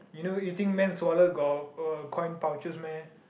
you know you think men's wallet got uh coin pouches meh